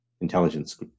Intelligence